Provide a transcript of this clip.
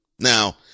Now